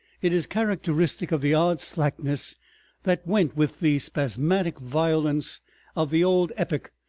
it is characteristic of the odd slackness that went with the spasmodic violence of the old epoch,